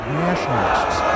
nationalists